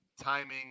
timing